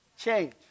change